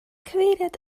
cyfeiriad